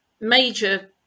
major